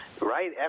Right